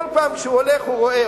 כל פעם כשהוא הולך הוא רואה,